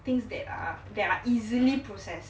things that are that are easily processed